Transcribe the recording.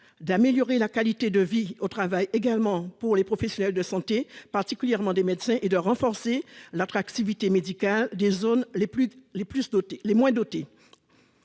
d'améliorer la qualité de vie au travail des professionnels de santé, en particulier des médecins, et de renforcer l'attractivité médicale des zones les moins dotées.